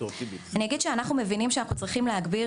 אני אגיד שאנחנו מבינים שאנחנו צריכים להגביר